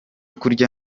kurya